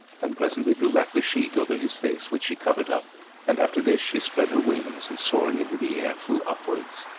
and presently drew back the sheet over his face which she covered up and after this she spread her wings and soaring into the air, flew upwards.